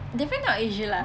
definitely not asia lah